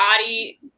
body